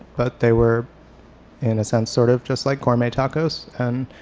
but they were in a sense sort of just like gourmet tacos and